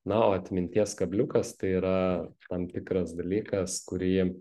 na o atminties kabliukas tai yra tam tikras dalykas kurį